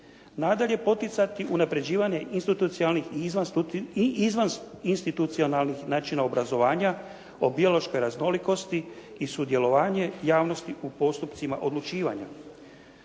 Nadalje, poticati unapređivanje institucionalnih i izvaninstitucionalnih načina obrazovanja o biološkoj raznolikosti i sudjelovanje javnosti u postupcima odlučivanja.